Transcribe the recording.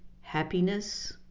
happiness